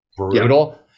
brutal